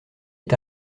est